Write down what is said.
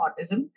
autism